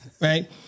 Right